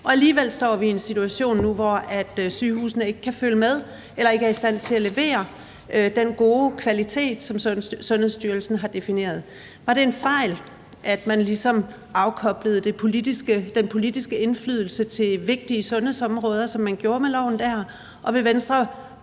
Alligevel står vi i en situation nu, hvor sygehusene ikke kan følge med eller ikke er i stand til at levere den gode kvalitet, som Sundhedsstyrelsen har defineret. Var det en fejl, at man ligesom afkoblede den politiske indflydelse i forhold til vigtige sundhedsområder, som man gjorde med loven dér? Og tænker Venstre,